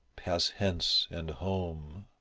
pass hence and home.